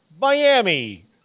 Miami